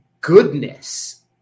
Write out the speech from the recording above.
goodness